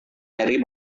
mary